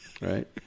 right